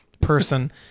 Person